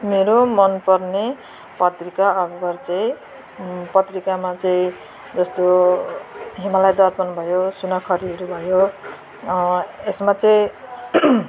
मेरो मनपर्ने पत्रिका अखबार चाहिँ पत्रिकामा चाहिँ जस्तो हिमालय दर्पण भयो सुनखरीहरू भयो यसमा चाहिँ